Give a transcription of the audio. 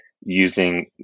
using